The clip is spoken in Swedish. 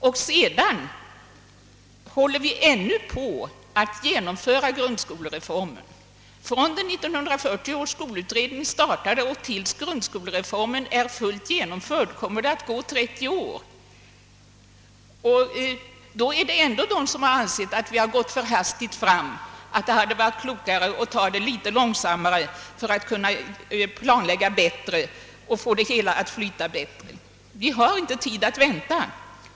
Dessutom håller vi ännu på med att genomföra grundskolereformen. Från den tidpunkt när 1940 års skolutredning började sitt arbete och tills grundskolereformen är helt genomförd kommer 30 år att förflyta, Ändå finns det folk som ansett att vi har gått för hastigt fram och att det hade varit klokare att ta det litet långsammare för att kunna planlägga bättre och få det hela att flyta bättre. Vi har inte tid att vänta.